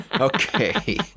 Okay